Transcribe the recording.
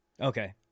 Okay